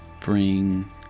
bring